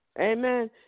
Amen